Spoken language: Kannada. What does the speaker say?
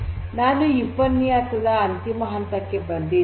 ನಾವು ಈ ಉಪನ್ಯಾಸವಾದ ಅಂತಿಮ ಹಂತಕ್ಕೆ ಬಂದಿದ್ದೇವೆ